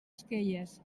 esquelles